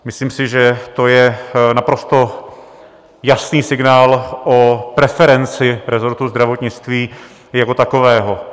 Myslím si, že to je naprosto jasný signál o preferenci rezortu zdravotnictví jako takového.